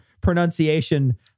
pronunciation